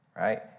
right